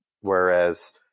whereas